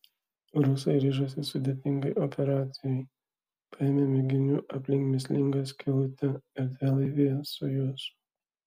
rusai ryžosi sudėtingai operacijai paėmė mėginių aplink mįslingą skylutę erdvėlaivyje sojuz